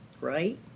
right